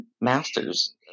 master's